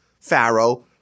Pharaoh